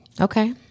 Okay